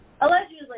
Allegedly